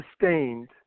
Sustained